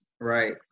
right